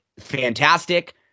Fantastic